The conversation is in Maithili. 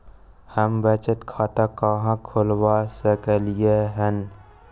हम बचत खाता कहाॅं खोलवा सकलिये हन?